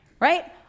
right